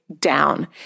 down